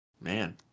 Man